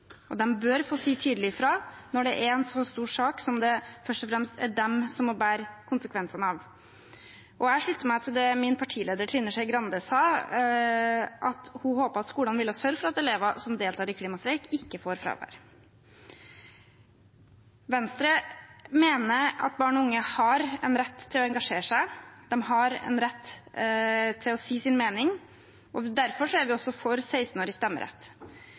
og de bør få si tydelig fra når det er en så stor sak som det først og fremst er de som må bære konsekvensene av. Jeg slutter meg til det min partileder Trine Skei Grande sa, at hun håpet at skolene ville sørge for at elever som deltar i klimastreik, ikke får fravær. Venstre mener at barn og unge har en rett til å engasjere seg. De har en rett til å si sin mening. Derfor er vi også for 16-årig stemmerett. Vi mener det ville vært rettferdig at de unge får en større plass i